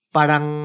parang